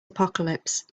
apocalypse